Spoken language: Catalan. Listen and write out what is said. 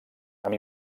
amb